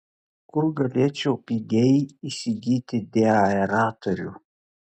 kur galėčiau pigiai įsigyti deaeratorių